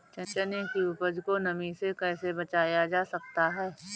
चने की उपज को नमी से कैसे बचाया जा सकता है?